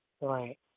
Right